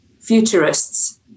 futurists